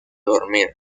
dormir